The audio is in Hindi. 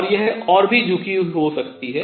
और यह और भी झुकी हुई हो सकती है